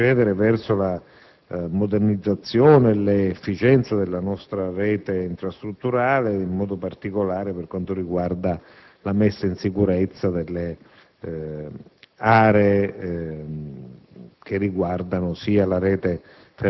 rende difficile procedere verso la modernizzazione e l'efficienza della nostra rete infrastrutturale, in modo particolare per quanto riguarda la messa in sicurezza delle aree